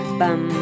bum